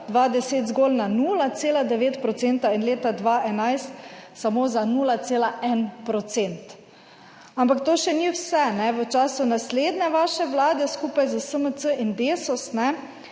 2010 zgolj na 0,9 % in leta 2011 samo za 0,1 %, ampak to še ni vse. V času naslednje vaše Vlade skupaj s SMC in Desus,